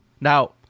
Now